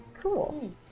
Cool